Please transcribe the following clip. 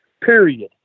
period